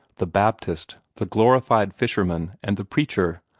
the baptist, the glorified fisherman and the preacher,